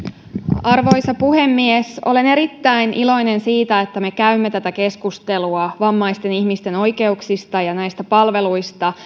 arvoisa puhemies olen erittäin iloinen siitä että me käymme tätä keskustelua vammaisten ihmisten oikeuksista ja näistä palveluista